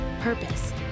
purpose